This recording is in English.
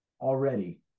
already